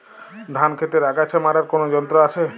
ধান ক্ষেতের আগাছা মারার কোন যন্ত্র আছে?